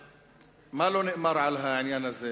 מה לא נאמר על העניין הזה?